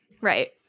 Right